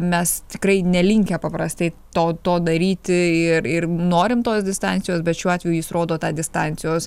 mes tikrai nelinkę paprastai to to daryti ir ir norim tos distancijos bet šiuo atveju jis rodo tą distancijos